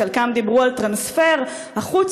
חלקן דיברו על טרנספר החוצה,